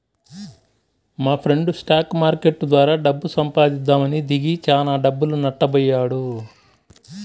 మాఫ్రెండు stock market ద్వారా డబ్బు సంపాదిద్దామని దిగి చానా డబ్బులు నట్టబొయ్యాడు